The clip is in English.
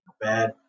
bad